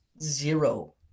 zero